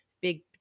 big